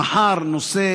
מחר נושא